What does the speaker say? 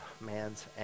man's